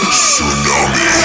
Tsunami